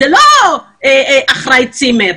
זה לא אחראי צימר.